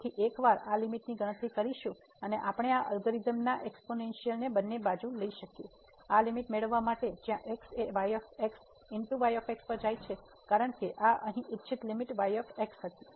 તેથી એકવાર આ લીમીટની ગણતરી કરીશું અને આપણે આ અલ્ગોરિધમ ના એક્સપોનેનસિયલને બંને બાજુ લઈ શકીએ આ લીમીટ મેળવવા માટે જ્યાં x એ પર જાય છે કારણ કે આ અહીં ઇચ્છિત લીમીટ y હતી